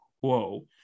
whoa